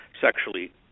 sexually